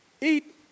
Eat